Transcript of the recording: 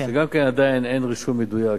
שגם כן עדיין אין רישום מדויק.